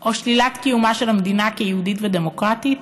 או שלילת קיומה של המדינה כיהודית ודמוקרטית,